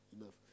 enough